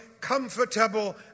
comfortable